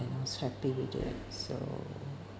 I was happy with it so